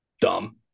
dumb